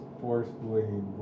forcefully